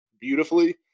beautifully